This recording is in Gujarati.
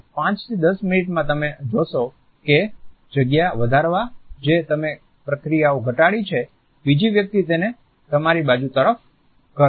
5 થી 10 મિનિટમાં તમે જોશો કે જગ્યા વધારવા જે તમે પ્રક્રિયામાં ઘટાડી છે બીજી વ્યક્તિ તેને તમારી બાજુ તરફ કરશે